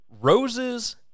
roses